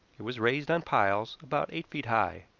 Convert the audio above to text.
it was raised on piles, about eight feet high